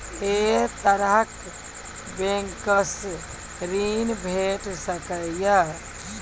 ऐ तरहक बैंकोसऽ ॠण भेट सकै ये?